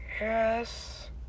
Yes